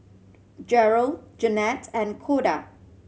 Jerrold Janette and Koda